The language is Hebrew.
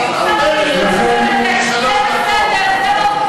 תודה רבה,